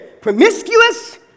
promiscuous